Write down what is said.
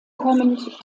kommend